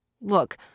Look